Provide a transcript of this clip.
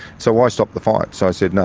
so i stopped the fights. i said, no,